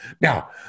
Now